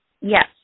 Yes